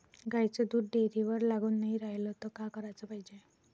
गाईचं दूध डेअरीवर लागून नाई रायलं त का कराच पायजे?